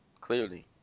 clearly